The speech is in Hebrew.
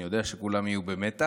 אני יודע שכולם יהיו במתח,